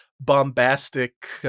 bombastic